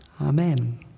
Amen